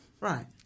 Right